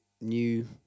new